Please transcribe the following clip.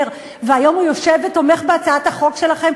והיום הוא יושב ותומך בהצעת החוק שלכם,